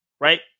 right